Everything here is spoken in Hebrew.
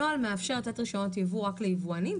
הנוהל מאפשר לתת רישיונות יבוא רק ליבואנים,